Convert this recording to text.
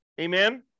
amen